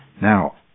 Now